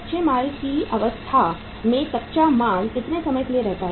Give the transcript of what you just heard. कच्चे माल की अवस्था में कच्चा माल कितने समय के लिए रहता है